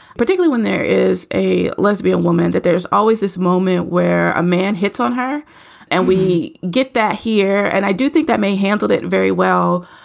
particularly when there is a lesbian woman, that there's always this moment where a man hits on her and we get that here. and i do think that may handled it very well,